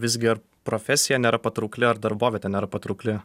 visgi profesija nėra patraukli ar darbovietė nėra patraukli